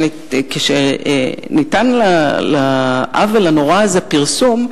כשניתן לעוול הנורא הזה פרסום,